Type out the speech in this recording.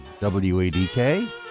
wadk